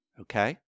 Okay